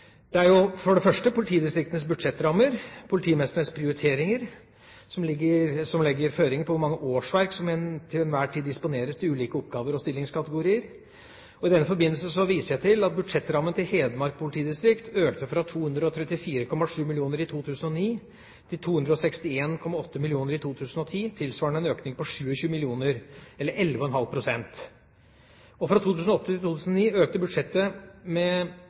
Det er for det første politidistriktenes budsjettrammer og politimestrenes prioriteringer som legger føringer for hvor mange årsverk som til enhver tid disponeres til ulike oppgaver og stillingskategorier. I denne forbindelse viser jeg til at budsjettrammen til Hedmark politidistrikt økte fra 234,7 mill. kr i 2009 til 261,8 mill. kr i 2010 – tilsvarende en økning på 27 mill. kr eller 11,5 pst. Fra 2008 til 2009 økte budsjettet med